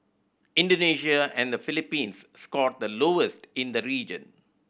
Indonesia and the Philippines scored the lowest in the region